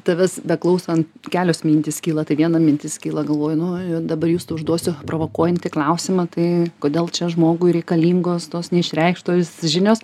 tavęs beklausant kelios mintys kyla tai viena mintis kyla galvoju nu jau dabar justui užduosiu provokuojantį klausimą tai kodėl čia žmogui reikalingos tos neišreikštos žinios